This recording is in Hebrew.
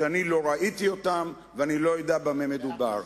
שאני לא ראיתי אותן ואני לא יודע במה מדובר.